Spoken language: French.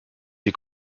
des